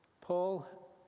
Paul